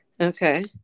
okay